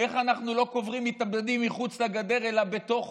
איך אנחנו לא קוברים מתאבדים מחוץ לגדר אלא בתוכה?